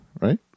right